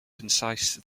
concise